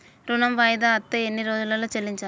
ఋణం వాయిదా అత్తే ఎన్ని రోజుల్లో చెల్లించాలి?